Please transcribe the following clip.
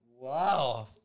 Wow